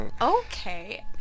Okay